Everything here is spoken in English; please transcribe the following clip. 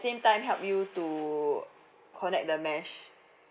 same time help you to connect the mesh